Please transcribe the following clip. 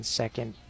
second